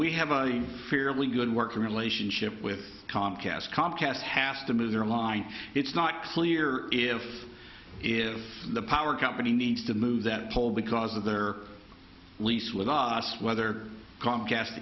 we have a fairly good working relationship with comcast comcast have to move their line it's not clear if if the power company needs to move that pole because of their lease with us whether comcast